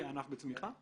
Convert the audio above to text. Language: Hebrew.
כי הענף בצמיחה,